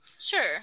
Sure